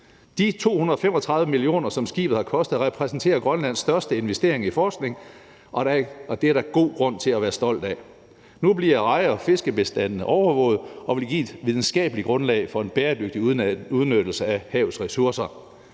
De 235 mio. kr., som skibet har kostet, repræsenterer Grønlands største investering i forskning, og det er der god grund til at være stolt af. Nu bliver reje- og fiskebestandene overvåget, og det vil give et videnskabeligt grundlag for en bæredygtig udnyttelse af havets ressourcer.